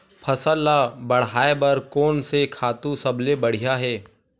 फसल ला बढ़ाए बर कोन से खातु सबले बढ़िया हे?